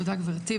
תודה, גברתי.